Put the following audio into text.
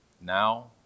Now